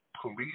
police